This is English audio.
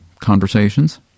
conversations